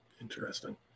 Interesting